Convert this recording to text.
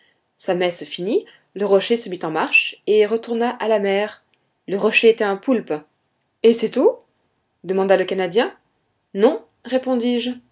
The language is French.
sa messe finie le rocher se mit en marche et retourna à la mer le rocher était un poulpe et c'est tout demanda le canadien non répondis-je un